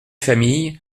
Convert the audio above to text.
familles